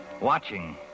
watching